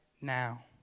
now